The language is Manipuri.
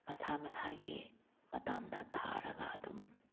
ꯃꯁꯥ ꯃꯁꯥꯒꯤ ꯃꯇꯝꯗ ꯊꯥꯔꯒ ꯑꯗꯨꯝ